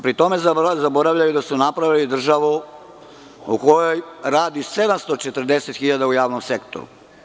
Pri tom zaboravljaju da su napravili državu u kojoj radi 740.000 u javnom sektoru.